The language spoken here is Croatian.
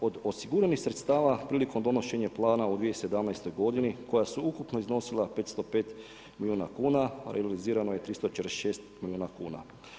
Od osiguranih sredstava prilikom donošenja plana u 2017. g. koje je sveukupno iznosila 505 milijuna kuna, realizirano je 346 milijuna kuna.